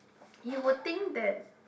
you would think that